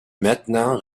maintenant